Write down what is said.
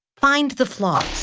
find the flaws,